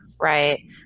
right